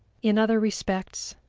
in other respects,